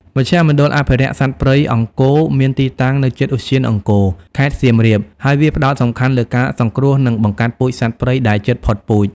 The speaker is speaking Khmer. មជ្ឈមណ្ឌលអភិរក្សសត្វព្រៃអង្គរមានទីតាំងនៅជិតឧទ្យានអង្គរ ខេត្តសៀមរាប ហើយវា ផ្តោតសំខាន់លើការសង្គ្រោះ និងបង្កាត់ពូជសត្វព្រៃដែលជិតផុតពូជ។